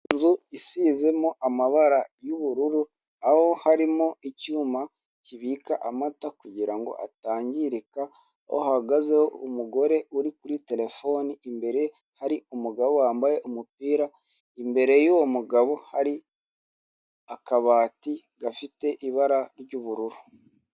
Inzu isizemo amabara y'ubururu, aho harimo icyuma kibika amata kugira ngo atangirika aho hahagazeho umugore uri kuri terefone imbere hari umagabo wambaye umupira imbere y'uwo mugabo hakaba hari akabati gafite ibara ry'ubururu.